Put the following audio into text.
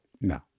no